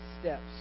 steps